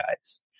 guys